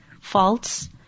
false